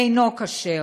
אינו כשר.